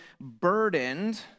burdened